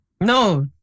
No